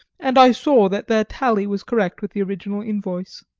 and i saw that their tally was correct with the original invoice.